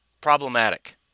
problematic